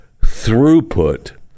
throughput